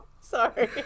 Sorry